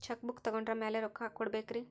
Check book ತೊಗೊಂಡ್ರ ಮ್ಯಾಲೆ ರೊಕ್ಕ ಕೊಡಬೇಕರಿ?